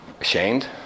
ashamed